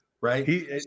right